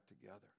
together